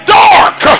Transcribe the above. dark